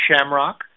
Shamrock